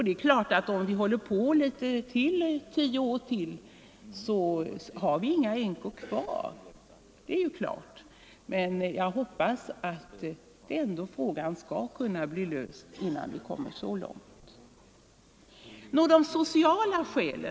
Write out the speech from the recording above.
Det är klart att om vi håller på att diskutera detta i tio år till så har vi inga av dessa änkor kvar. Jag hoppas dock att frågan skall kunna bli löst innan vi kommer så långt. Vilket är då det sociala skälet?